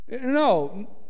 no